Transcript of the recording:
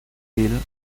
hill